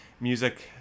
Music